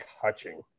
touching